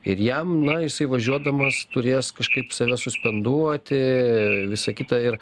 ir jam na jisai važiuodamas turės kažkaip save suspenduoti visa kita ir